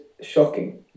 shocking